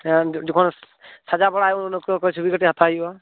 Ed ᱡᱚᱠᱷᱚᱱ ᱥᱟᱡᱟᱣ ᱵᱟᱲᱟᱭ ᱦᱩᱭᱩᱜᱼᱟ ᱱᱩᱠᱩ ᱪᱷᱩᱵᱤ ᱠᱟᱹᱴᱤᱡ ᱦᱟᱛᱟᱣ ᱦᱩᱭᱩᱜᱼᱟ